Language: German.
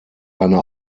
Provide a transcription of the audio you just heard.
eine